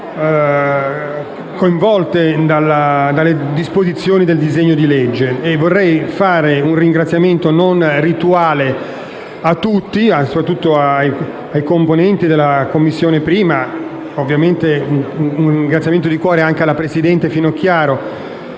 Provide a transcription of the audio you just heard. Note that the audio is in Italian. coinvolte dalle disposizioni del disegno di legge. Vorrei rivolgere un ringraziamento non rituale a tutti, soprattutto ai componenti della 1ª Commissione e ovviamente un ringraziamento di cuore alla presidente Finocchiaro,